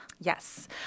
Yes